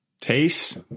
Taste